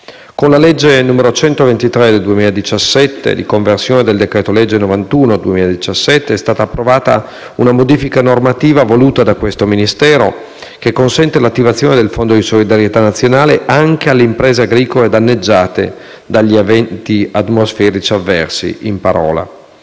Con legge n. 123 del 2017 di conversione del decreto-legge n. 91 del 2017 è stata approvata una modifica normativa voluta da questo Ministero che consente l'attivazione del Fondo di solidarietà nazionale anche alle imprese agricole danneggiate dagli eventi atmosferici avversi in parola.